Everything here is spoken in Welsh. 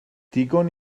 digon